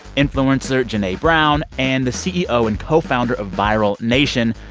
influencer janea brown and the ceo and co-founder of viral nation,